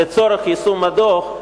לצורך יישום הדוח,